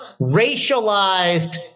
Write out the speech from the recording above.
racialized